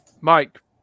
Mike